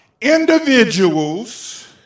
individuals